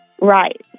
Right